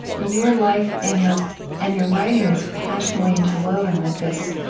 your life and your and your writing is passionately interwoven with this